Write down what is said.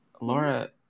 laura